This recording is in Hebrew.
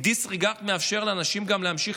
כי דיסרגרד מאפשר לאנשים גם להמשיך